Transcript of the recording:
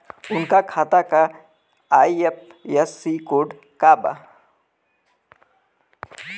उनका खाता का आई.एफ.एस.सी कोड का बा?